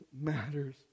matters